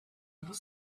little